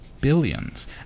Billions